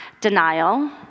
denial